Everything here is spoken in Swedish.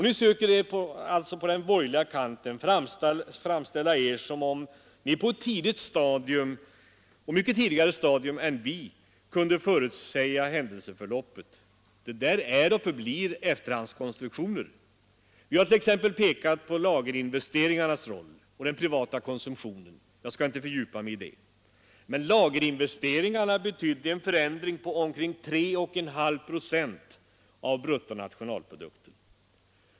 Ni söker alltså på den borgerliga kanten framställa saken som om ni på ett mycket tidigare stadium än vi kunde förutsäga händelseför loppet. Det är och förblir en efterhandskonstruktion. Vi har t.ex. pekat på lagerinvesteringarnas roll och den privata konsumtionen. Jag skall inte fördjupa mig i det, men lagerinvesteringarna betydde en förändring på omkring 3,5 procent av bruttonationalprodukten.